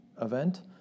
event